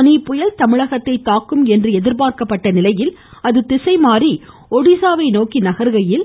போனி புயல் தமிழகத்தை தாக்கும் என்று எதிர்பார்க்கப்பட்ட நிலையில் அது திசை மாறி ஒடிசாவை நோக்கி நகருகையில்